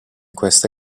questa